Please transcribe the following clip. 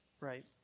right